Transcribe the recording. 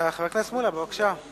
חבר הכנסת שלמה מולה, בבקשה.